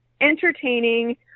entertaining